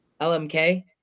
LMK